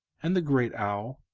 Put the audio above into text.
and the great owl,